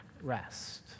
rest